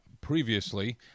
previously